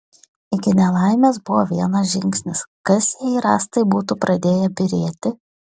iki nelaimės buvo vienas žingsnis kas jei rąstai būtų pradėję byrėti